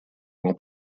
ему